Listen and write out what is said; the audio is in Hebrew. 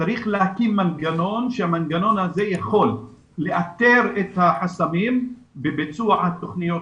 להקים מנגנון שהמנגנון הזה יכול לאתר את החסמים בביצוע התוכניות